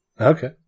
Okay